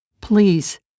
please